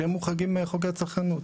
שהם מוחרגים מחוקי הצרכנות.